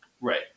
right